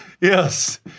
Yes